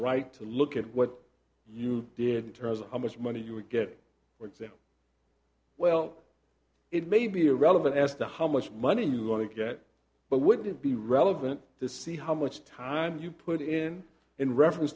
right to look at what you did terms of how much money you would get for example well it may be irrelevant as to how much money you want to get but wouldn't it be relevant to see how much time you put in in reference